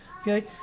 Okay